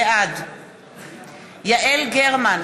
בעד יעל גרמן,